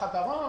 חברות